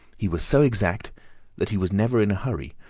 he was so exact that he was never in a hurry,